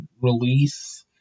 release